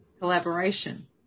collaboration